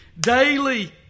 daily